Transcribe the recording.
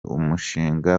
umushinga